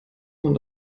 man